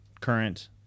current